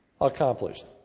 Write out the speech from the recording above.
accomplished